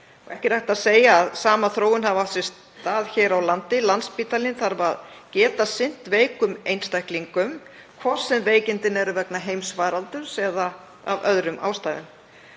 Ekki er hægt að segja að sama þróun hafi átt sér stað hér á landi. Landspítalinn þarf að geta sinnt veikum einstaklingum, hvort sem veikindin eru vegna heimsfaraldurs eða af öðrum ástæðum.